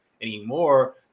anymore